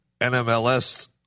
NMLS